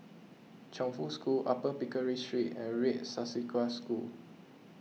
Chongfu School Upper Pickering Street and Red Swastika School